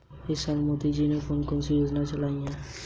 मैं अपनी UPI ID का पिन कैसे बदलूं?